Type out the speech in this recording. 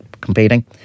competing